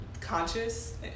conscious